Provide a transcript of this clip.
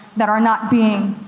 that are not being,